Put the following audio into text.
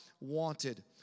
wanted